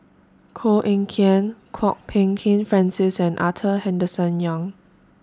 Koh Eng Kian Kwok Peng Kin Francis and Arthur Henderson Young